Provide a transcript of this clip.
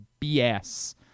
BS